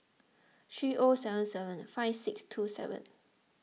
three O seven seven five six two seven